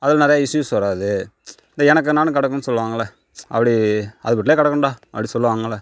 அதில் நிறைய இஷ்யூஸ் வராது இது எனக்கு நான் கிடக்குன்னு சொல்லுவாங்கள்லே அப்படி அதுபாட்டில் கிடக்குன்டா அப்படி சொல்லுவார்கள்ல